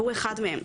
והוא אחד מהם.